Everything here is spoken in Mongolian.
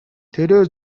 тэрээр